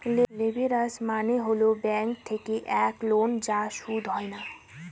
leverage মানে হল bank থেকে এক লোন যার সুদ হয় না